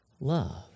love